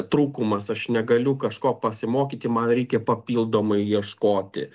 trūkumas aš negaliu kažko pasimokyti man reikia papildomai ieškoti